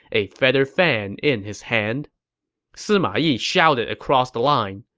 a feather fan in his hand sima yi shouted across the line,